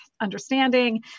understanding